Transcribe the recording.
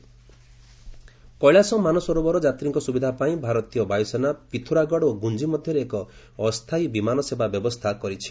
IAF Kailash Mansarovar Kailash Mansarovar ଯାତ୍ରୀଙ୍କ ସୁବିଧା ପାଇଁ ଭାରତୀୟ ବାୟୁସେନା ପିଥୋରାଗଡ଼ ଓ ଗୁଞ୍ଜି ମଧ୍ୟରେ ଏକ ଅସ୍ଥାୟୀ ବିମାନସେବା ବ୍ୟବସ୍ଥା କରିଛି